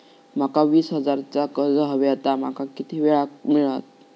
माका वीस हजार चा कर्ज हव्या ता माका किती वेळा क मिळात?